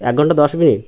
এক ঘণ্টা দশ মিনিট